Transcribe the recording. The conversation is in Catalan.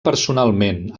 personalment